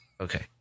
Okay